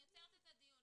אני עוצרת את הדיון.